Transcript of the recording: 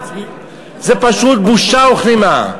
זה פשוט בושה וכלימה.